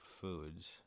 Foods